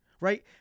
right